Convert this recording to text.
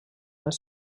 més